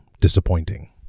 disappointing